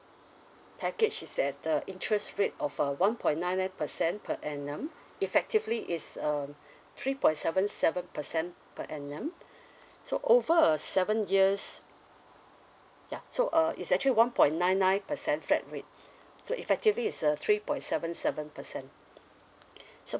package is that the interest rate of a one point nine nine percent per annum effectively is um three point seven seven percent per annum so over a seven years ya so err it's actually one point nine nine percent flat rate so effectively is a three point seven seven percent so